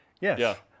yes